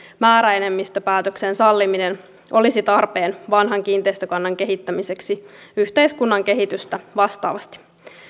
määräenemmistöpäätöksen salliminen olisi tarpeen vanhan kiinteistökannan kehittämiseksi yhteiskunnan kehitystä vastaavasti